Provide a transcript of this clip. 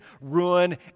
ruin